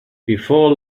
before